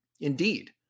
Indeed